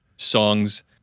Songs